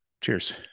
Cheers